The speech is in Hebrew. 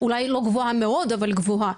אולי היא גבוהה מאוד אבל גבוהה.